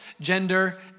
gender